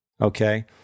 Okay